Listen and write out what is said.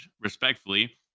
respectfully